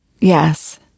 Yes